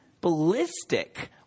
ballistic